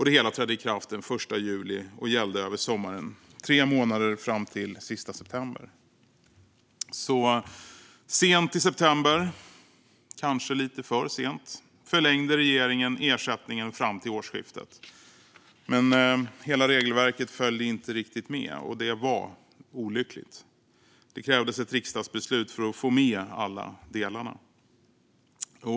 Det hela trädde i kraft den 1 juli och gällde över sommaren, i tre månader fram till den sista september. Sent i september - kanske lite för sent - förlängde regeringen ersättningen fram till årsskiftet. Men hela regelverket följde inte riktigt med, och det var olyckligt. Det krävdes ett riksdagsbeslut för att få med alla delar.